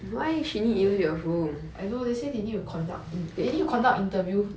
I don't know they say they need to conduct they need to conduct interview